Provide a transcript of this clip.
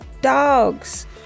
dogs